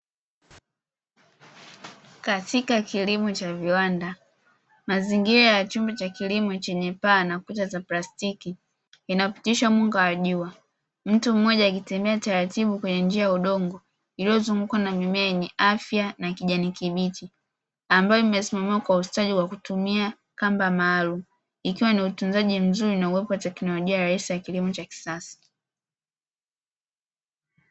Katika kilimo cha viwanda, mazingira ya chumba cha kilimo chenye paa na kuta za plastiki inayopitisha mwanga wa jua. Mtu mmoja akitembea taratibu kwenye njia ya udongo iliyozungukwa na mimea yenye afya na kijani kibichi, ambayo imesimamiwa kwa ustadi kwa kutumia kamba maalumu, ikiwa ni utunzaji mzuri na uwepo wa teknolojia rahisi ya kilimo cha kisasa.